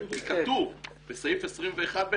כי כתוב בסעיף 21(ב),